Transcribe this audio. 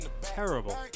Terrible